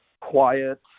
quiet